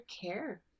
care